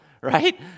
right